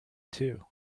too